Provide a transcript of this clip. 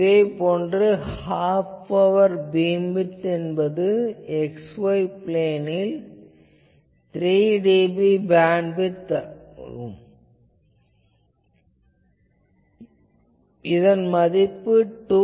இதே போன்று half power beamwidth என்பது x y பிளேனில் 3dB பீம்விட்த் ஆகும் இதன் மதிப்பு 2